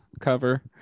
cover